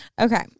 Okay